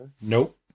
Nope